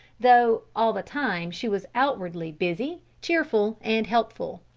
though all the time she was outwardly busy, cheerful, and helpful.